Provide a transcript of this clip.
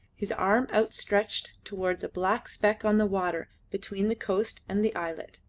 his arm outstretched towards a black speck on the water between the coast and the islet.